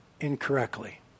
incorrectly